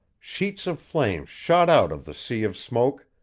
sheets of flame shot out of the sea of smoke,